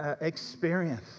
experience